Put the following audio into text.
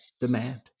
demand